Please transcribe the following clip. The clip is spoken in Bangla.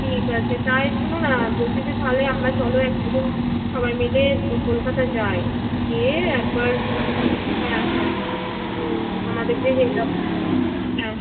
ঠিক আছে তাই শুনো না বলছি যে তাহলে আমরা চলো একদিন সবাই মিলে কলকাতা যাই গিয়ে একবার হ্যাঁ হ্যাঁ আমাদের যে হেড অফিস হ্যাঁ